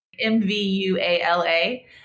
M-V-U-A-L-A